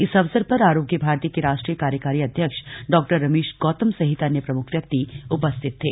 इस अवसर पर आरोग्य भारती के राष्ट्रीय कार्यकारी अध्यक्ष डॉ रमेश गौतम सहित अन्य प्रमुख व्यक्ति उपस्थित थे